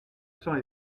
sang